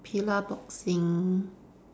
Pillarboxing